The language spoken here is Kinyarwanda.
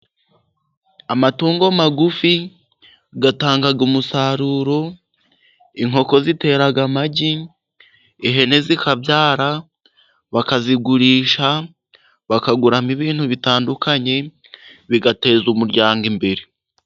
Amatungo magufi atanga umusaruro ,inkoko zitera amagi ,ihene zikabyara ,bakazigurisha, bakaguramo ibintu bitandukanye, bigateza umuryango imbere.